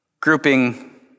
Grouping